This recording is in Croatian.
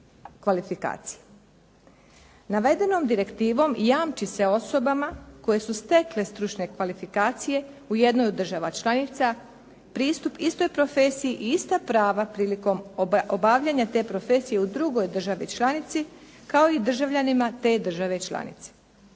Navedenom direktivom jamči se osobama koje su stekle stručne kvalifikacije u jednoj od država članica pristup istoj profesiji i ista prava prilikom obavljanja te profesije u drugoj državi članici kao i državljanima te države članice.